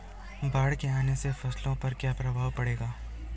बाढ़ के आने से फसलों पर क्या प्रभाव पड़ेगा?